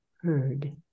heard